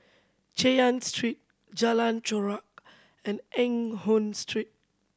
Chay Yan Street Jalan Chorak and Eng Hoon Street